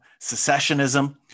secessionism